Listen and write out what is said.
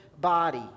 body